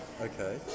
Okay